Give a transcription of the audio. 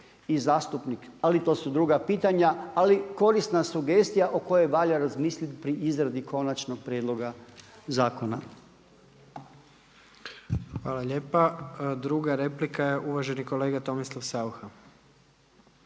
i zastupnik. Ali to su druga pitanja ali korisna sugestija o kojoj valja razmisliti pri izradi konačnog prijedloga zakona. **Jandroković, Gordan (HDZ)** Hvala lijepa. Druga replika je uvaženi kolega Tomislav Saucha.